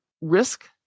risk